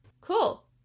cool